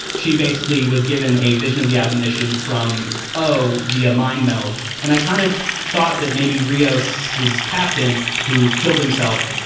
she basically was given a vision of the admonition from o the mindmeld. and i kind of thought that maybe rios is captain who killed himself,